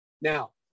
now